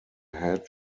head